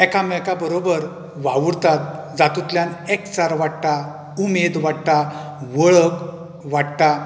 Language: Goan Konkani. एकामेकां बरोबर वावुरतात जातूतल्यान एकचार वाडटा उमेद वाडटा वळख वाडटा